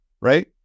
right